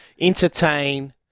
entertain